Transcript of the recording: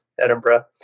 edinburgh